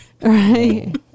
right